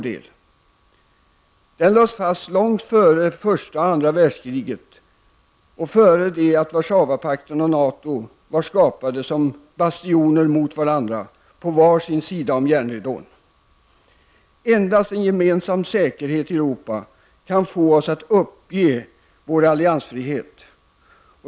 Den lades fast långt före första och andra världskriget och innan det att Warszawapakten och NATO skapades som bastioner mot varandra, på var sin sida om järnridån. Endast en gemensam säkerhet i Europa kan få oss att uppge vår alliansfrihet.